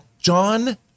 John